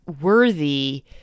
worthy